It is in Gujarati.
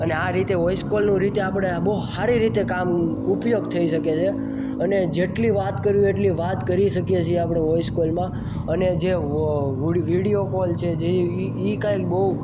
અને આ રીતે વોઇસ કોલનું રીતે આપણે બહુ સારી રીતે કામ ઉપયોગ થઈ શકે છે અને જેટલી વાત કરવી હોય એટલી વાત કરી શકીએ છીએ આપણે વોઇસ કોલમાં અને જે વિડીયો કોલ છે જે એ એ કાંઇ બહુ